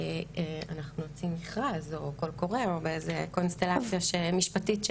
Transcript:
ואנחנו נוציא מכרז או קול קורא או באיזו קונסטלציה משפטית.